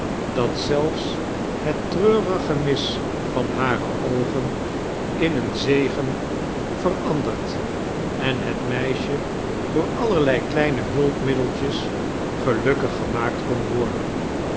dat zelfs het treurig gemis van hare oogen in een zegem veranderd en het meisje door allerlei kleine hulpmiddeltjes gelukkig gemaakt kon warden